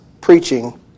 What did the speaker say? preaching